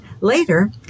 Later